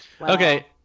Okay